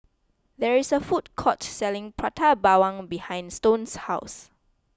there is a food court selling Prata Bawang behind Stone's house